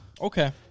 Okay